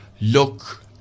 look